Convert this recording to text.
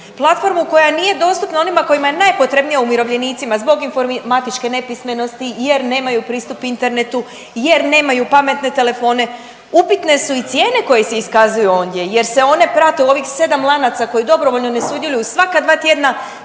platformu koja nije dostupna onima kojima je najpotrebnija, umirovljenicima zbog informatičke nepismenosti, jer nemaju pristup internetu, jer nemaju pametne telefone, upitne su i cijene koje se iskazuju ondje jer se one prate u ovih 7 lanaca koji dobrovoljno ne sudjeluju svaka 2 tjedna,